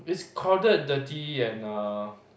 it's crowded dirty and uh